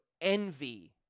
envy